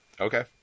okay